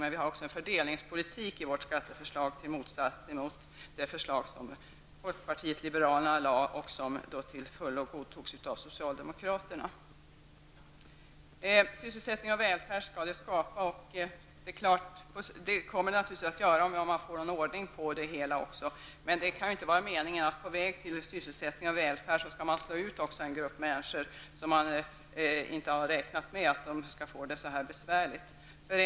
Men vi har också i vårt skatteförslag med en fördelningspolitik till skillnad från vad folkpartiet liberalerna hade i sitt förslag, ett förslag som också godtogs av socialdemokraterna. Skattereformen är till för att skapa sysselsättning och välfärd, och det kommer naturligtvis att ske om det bara blir ordning på det hela. Men det kan inte vara meningen att man på vägen mot sysselsättning och välfärd slår ut en grupp människor som man inte har räknat med skall få det så besvärligt som de har fått.